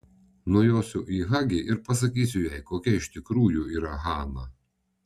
nujosiu į hagi ir pasakysiu jai kokia iš tikrųjų yra hana